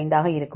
5 ஆக இருக்கும்